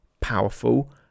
powerful